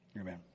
Amen